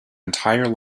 entire